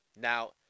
Now